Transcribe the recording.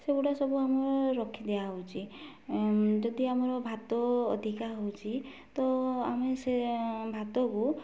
ସେଗୁଡ଼ା ସବୁ ଆମେ ରଖିଦିଆହେଉଛି ଯଦି ଆମର ଭାତ ଅଧିକା ହେଉଛି ତ ଆମେ ସେ ଭାତକୁ